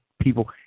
people